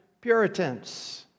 Puritans